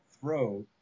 throw